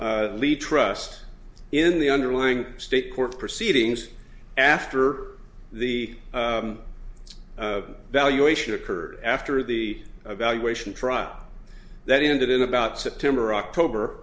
lead trust in the underlying state court proceedings after the valuation occurred after the evaluation trial that ended in about september or october